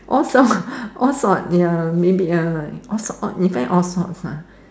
all sort all sort ya maybe uh all sort in fact all sorts lah